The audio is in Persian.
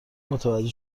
متوجه